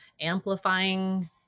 amplifying